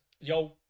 Yo